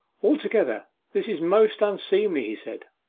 altogether this is most unseemly he said,